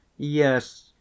Yes